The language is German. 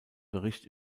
bericht